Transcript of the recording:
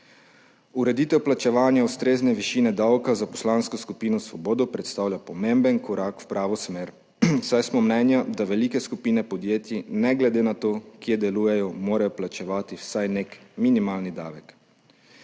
Ureditev plačevanja ustrezne višine davka za Poslansko skupino Svoboda predstavlja pomemben korak v pravo smer, saj smo mnenja, da velike skupine podjetij ne glede na to, kje delujejo, morajo plačevati vsaj nek minimalni davek.